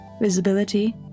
visibility